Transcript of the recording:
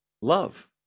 love